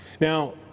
Now